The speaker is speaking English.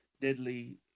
deadly